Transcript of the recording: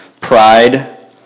pride